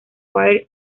fire